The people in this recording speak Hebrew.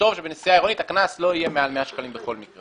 נכתוב שבנסיעה עירונית הקנס לא יהיה מעל 100 שקלים בכל מקרה.